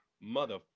mother